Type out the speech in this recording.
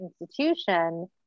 institution